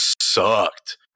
sucked